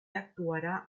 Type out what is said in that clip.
actuarà